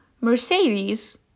mercedes